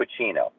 Pacino